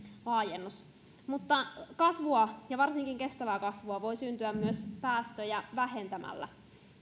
laajennus mutta kasvua ja varsinkin kestävää kasvua voi syntyä myös päästöjä vähentämällä